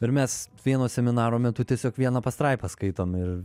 ir mes vieno seminaro metu tiesiog vieną pastraipą skaitom ir